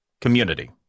community